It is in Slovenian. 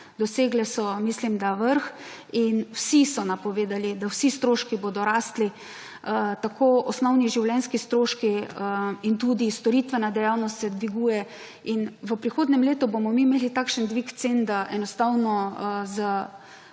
dosegle so, mislim da, vrh. Vsi so napovedali, da vsi stroški bodo rasli, tako osnovni življenjski stroški in tudi storitvena dejavnost se dviguje in v prihodnjem letu bomo mi imeli takšen dvig cen, da enostavno z